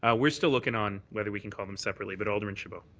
ah we're still looking on whether we can call them separately but alderman chabot.